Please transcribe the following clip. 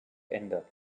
ändert